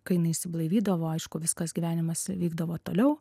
kai jinai išsiblaivydavo aišku viskas gyvenimas vykdavo toliau